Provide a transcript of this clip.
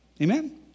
Amen